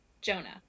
Jonah